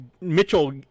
Mitchell